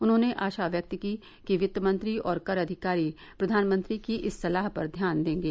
उन्होंने आशा व्यक्त की कि वित्तमंत्री और कर अधिकारी प्रधानमंत्री की इस सलाह पर ध्यान देंगे